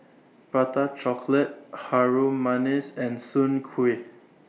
Prata Chocolate Harum Manis and Soon Kuih